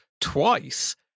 twice